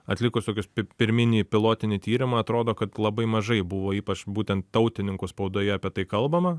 atlikus pi pirminį pilotinį tyrimą atrodo kad labai mažai buvo ypač būtent tautininkų spaudoje apie tai kalbama